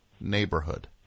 neighborhood